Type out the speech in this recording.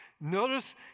notice